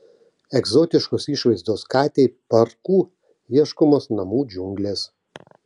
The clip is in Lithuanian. egzotiškos išvaizdos katei parku ieškomos namų džiunglės